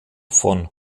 von